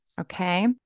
Okay